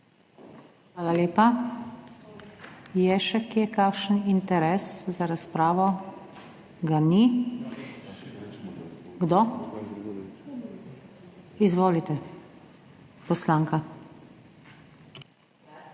Hvala lepa. Je še kje kakšen interes za razpravo? Kdo? Izvolite, poslanka.